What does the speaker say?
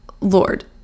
lord